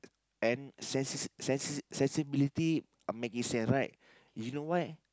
and sensi~ sensi~ sensibility uh make you say right you know why